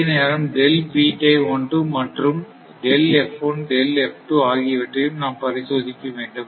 அதே நேரம் மற்றும் ஆகியவற்றையும் நாம் பரிசோதிக்க வேண்டும்